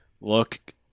Look